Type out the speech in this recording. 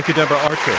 deborah archer.